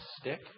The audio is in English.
stick